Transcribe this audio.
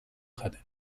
jaten